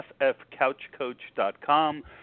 FFCouchCoach.com